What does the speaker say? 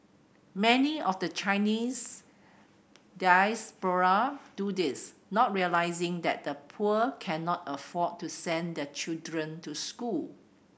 many of the Chinese diaspora do this not realising that the poor cannot afford to send their children to school